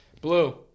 Blue